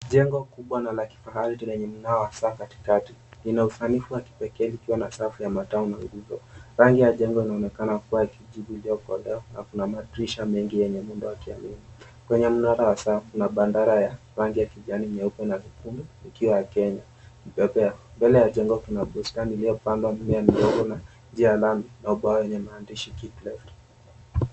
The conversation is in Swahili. Jengo kubwa na la kifahari lenye mnara wa saa katikati lina usanifu wa kipekee likiwa na safu ya matawi mawili juu. Rangi ya jengo linaonekana kuwa kijivu iliokolea na kuna madirisha mengi yenye muundo wa kiadimu. Kwenye mnara wa saa kuna bandera ya rangi ya kijani, nyeupe na nyekundu ikiwa ya Kenya. Mbele ya jengo kuna bustani iliyopandwa mimea midogo na njia ya lami na ubao yenye maandishi, KEEP LEFT .